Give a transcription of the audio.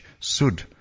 Sood